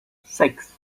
six